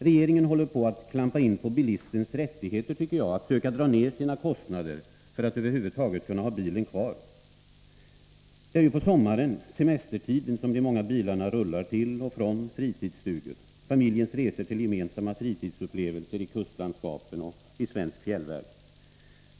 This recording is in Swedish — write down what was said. Regeringen håller på att klampa in, tycker jag, på bilistens rättighet att söka dra ned sina kostnader för att över huvud taget kunna ha bilen kvar. Det är ju på sommaren — semestertiden — som de många bilarna rullar till och från fritidsstugor. Familjen reser till gemensamma fritidsupplevelser i kustlandskapen och svensk fjällvärld.